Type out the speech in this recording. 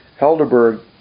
Helderberg